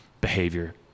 behavior